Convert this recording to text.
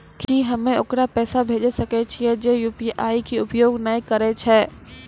की हम्मय ओकरा पैसा भेजै सकय छियै जे यु.पी.आई के उपयोग नए करे छै?